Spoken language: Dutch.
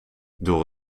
door